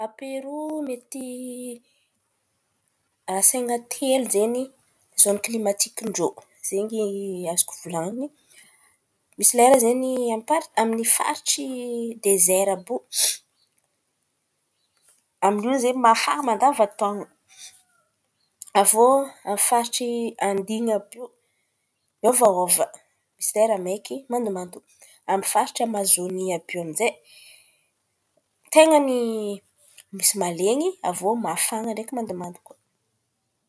A Peroa mety rasain̈a telo zen̈y zôna klimatikin-drô, zen̈y azoko volan̈iny. Misy lera zen̈y amin’ny faritry dezera àby io, amin’io zen̈y mafana mandava-taon̈o. Aviô amy faritry andin̈y àby iô miôvaôva, misy lera maiky mandomando. Amy faritry amazony àby iô misy malen̈y, mafana ndraiky mandomando koa.